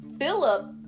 Philip